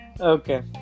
Okay